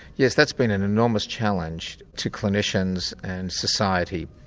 yes, that's been an enormous challenge to clinicians and society.